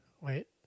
Wait